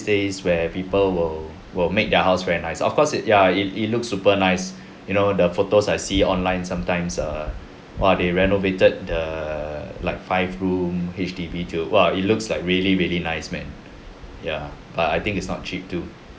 space where people will will make their house very nice of course it ya it it looks super nice you know the photos I see online sometimes err !wah! they renovated the like five room H_D_B to !whoa! it looks like really really nice man ya but I think it's not cheap too